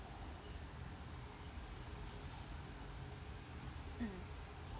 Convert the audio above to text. mm